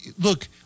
Look